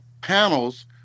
panels